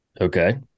Okay